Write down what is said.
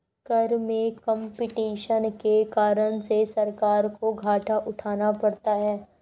कर में कम्पटीशन के कारण से सरकार को घाटा उठाना पड़ता है